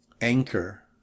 anchor